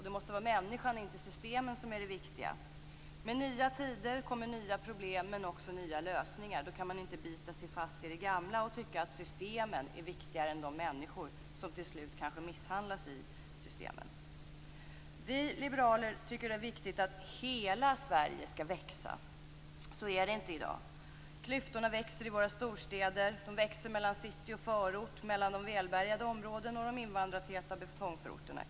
Det måste vara människan, inte systemen, som är det viktiga. Med nya tider kommer nya problem men också nya lösningar. Då kan man inte bita sig fast i det gamla och tycka att systemen är viktigare än de människor som till slut kanske misshandlas i systemen. Vi liberaler tycker att det är viktigt att hela Sverige skall växa. Så är det inte i dag. Klyftorna växer i våra storstäder, mellan city och förort, mellan välbärgade områden och invandrartäta betongförorter.